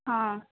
हँ